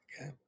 Okay